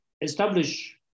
establish